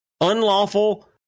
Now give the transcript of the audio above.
unlawful